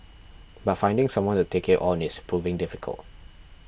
but finding someone to take it on is proven difficult